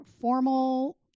formal